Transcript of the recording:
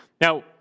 Now